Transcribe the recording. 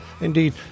Indeed